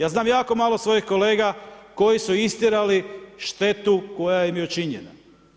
Ja znam jako malo svojih kolega koji su istjerali štetu koja im je učinjenima.